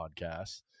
podcasts